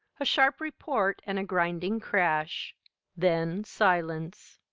a sharp report, and a grinding crash then silence.